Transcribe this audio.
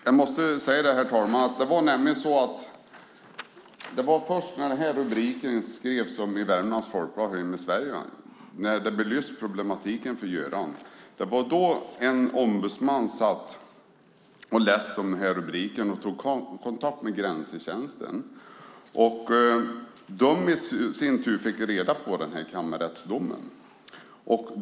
Jag måste säga, herr talman, att det var först när den här artikeln om problematiken för Göran publicerades i Värmlands Folkblad som en ombudsman tog kontakt med Grensetjensten och de i sin tur fick höra talas om kammarrättsdomen.